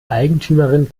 eigentümerin